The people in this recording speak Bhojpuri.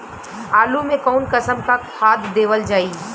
आलू मे कऊन कसमक खाद देवल जाई?